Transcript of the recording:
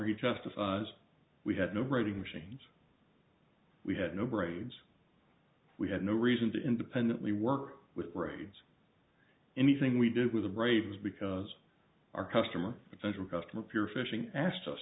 or he testifies we had no writing machines we had no brains we had no reason to independently work with brains anything we did with the braves because our customer potential customer pure fishing asked us